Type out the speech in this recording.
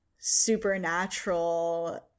supernatural